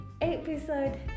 episode